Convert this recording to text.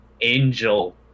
Angel